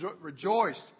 rejoiced